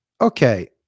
Okay